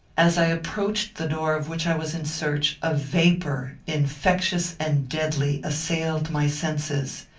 as i approached the door of which i was in search, a vapour, infectious and deadly, assailed my senses.